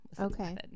okay